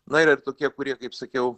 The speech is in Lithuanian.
na yra ir tokie kurie kaip sakiau